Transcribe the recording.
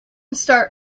start